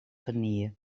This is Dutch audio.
vanille